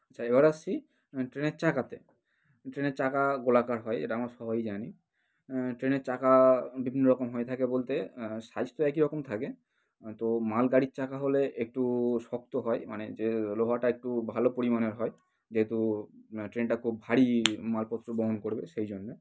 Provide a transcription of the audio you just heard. আচ্ছা এবার আসছি ট্রেনের চাকাতে ট্রেনের চাকা গোলাকার হয় এটা আমরা সবাই জানি ট্রেনের চাকা বিভিন্ন রকম হয়ে থাকে বলতে সাইজ তো একই রকম থাকে তো মালগাড়ির চাকা হলে একটু শক্ত হয় মানে যে লোহাটা একটু ভালো পরিমাণের হয় যেহেতু ট্রেনটা খুব ভারী মালপত্র বহন করবে সেই জন্যে